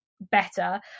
better